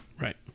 Right